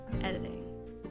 editing